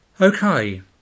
Okay